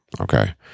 Okay